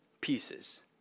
pieces